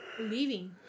leaving